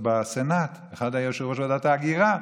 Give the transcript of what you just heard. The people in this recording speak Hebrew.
בסנאט ואחד היה יושב-ראש ועדת ההגירה,